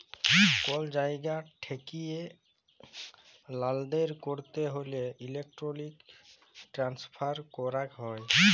call জায়গা ঠেকিয়ে লালদেল ক্যরতে হ্যলে ইলেক্ট্রনিক ট্রান্সফার ক্যরাক হ্যয়